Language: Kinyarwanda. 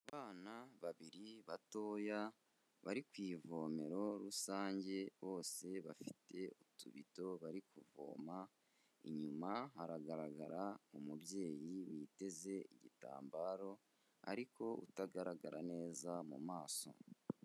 Abana babiri batoya, bari ku ivomero rusange, bose bafite utubido bari kuvoma, inyuma haragaragara umubyeyi witeze igitambaro, ariko utagaragara neza mu maso.